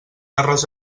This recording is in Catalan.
arròs